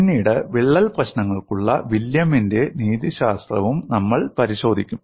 പിന്നീട് വിള്ളൽ പ്രശ്നങ്ങൾക്കുള്ള വില്യമിന്റെ രീതിശാസ്ത്രവും നമ്മൾ പരിശോധിക്കും